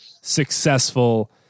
successful